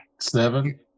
Seven